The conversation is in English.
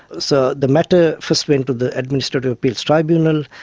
so the matter first went to the administrative appeals tribunal.